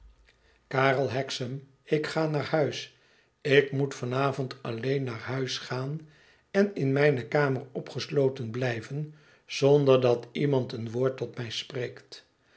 karel hexam ik ga naar huis ik moet van avond alleen naar huis gaan en in mijne kamer opgesloten blijven zonder dat iemand een woord tot mij spreekt